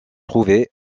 trouvait